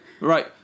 right